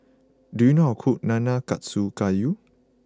do you know how cook Nanakusa Gayu